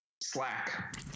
slack